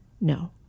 No